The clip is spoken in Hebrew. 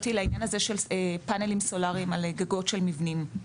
לעניין הזה של פאנלים סולריים על גגות של מבנים: